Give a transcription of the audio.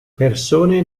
persone